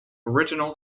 original